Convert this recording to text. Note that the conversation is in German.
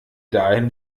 dahin